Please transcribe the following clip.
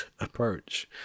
approach